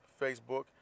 Facebook